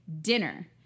dinner